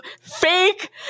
fake